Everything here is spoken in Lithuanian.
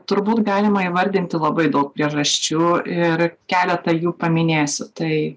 turbūt galima įvardinti labai daug priežasčių ir keletą jų paminėsi tai